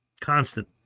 Constant